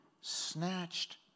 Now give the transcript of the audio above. snatched